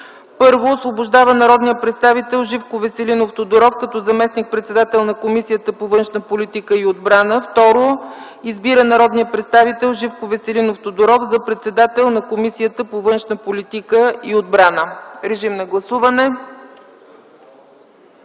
И : 1. Освобождава народния представител Живко Веселинов Тодоров като заместник-председател на Комисията по външна политика и отбрана. 2. Избира народния представител Живко Веселинов Тодоров за председател на Комисията по външна политика и отбрана.” Режим на гласуване!